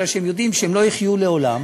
בגלל שהם יודעים שהם לא יחיו לעולם,